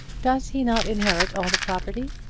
does he not inherit all the property?